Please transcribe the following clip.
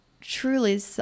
truly